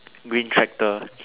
green tractor